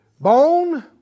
Bone